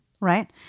Right